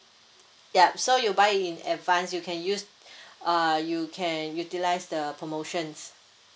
yup so you buy in advance you can use uh you can utilize the promotions